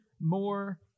more